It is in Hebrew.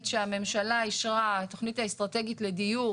שהממשלה אישרה תכנית אסטרטגית לדיור